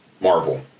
Marvel